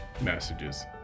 messages